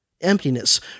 Emptiness